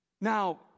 Now